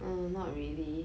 um not really